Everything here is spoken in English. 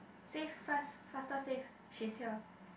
save first faster save she's here